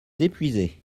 épuisé